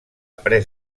pres